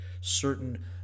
certain